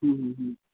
हूँ हूँ हूँ